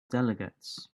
delegates